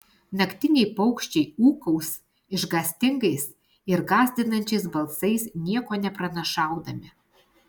naktiniai paukščiai ūkaus išgąstingais ir gąsdinančiais balsais nieko nepranašaudami